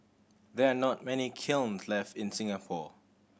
there are not many kilns left in Singapore